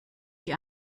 die